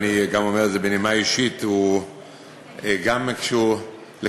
ואני גם אומר את זה בנימה אישית כל נושא שהוא לוקח,